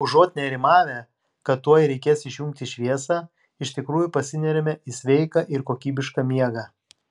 užuot nerimavę kad tuoj reikės išjungti šviesą iš tikrųjų pasineriame į sveiką ir kokybišką miegą